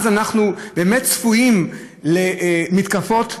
אז אנחנו צפויים למתקפות,